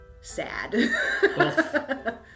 sad